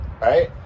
right